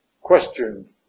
question